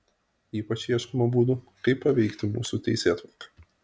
ypač ieškoma būdų kaip paveikti mūsų teisėtvarką